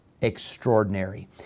extraordinary